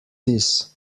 this